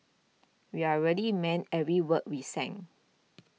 we're really meant every word we sang